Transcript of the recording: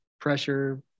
pressure